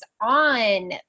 on